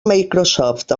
microsoft